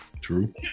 True